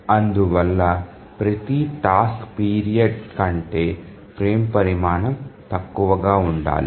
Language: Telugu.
అందువల్ల ప్రతి టాస్క్ పీరియడ్ కంటే ఫ్రేమ్ పరిమాణం తక్కువగా ఉండాలి